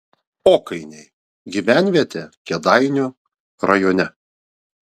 okainiai gyvenvietė kėdainių rajone